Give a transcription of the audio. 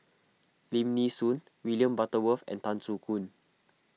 Lim Nee Soon William Butterworth and Tan Soo Khoon